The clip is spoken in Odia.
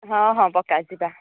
ହଁ ହଁ ପକ୍କା ଯିବା